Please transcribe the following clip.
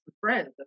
friends